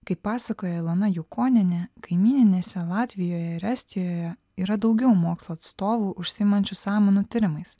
kaip pasakojo ilona jukonienė kaimyninėse latvijoje ir estijoje yra daugiau mokslo atstovų užsiimančių samanų tyrimais